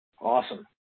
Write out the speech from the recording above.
Awesome